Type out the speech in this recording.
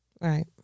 Right